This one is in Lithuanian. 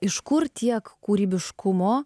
iš kur tiek kūrybiškumo